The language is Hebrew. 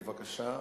בבקשה,